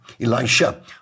Elisha